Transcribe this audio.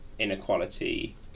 inequality